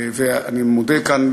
ואני מודה כאן,